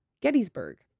Gettysburg